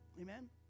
Amen